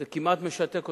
זה כמעט משתק אותם.